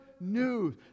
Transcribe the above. news